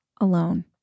alone